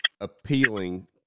appealing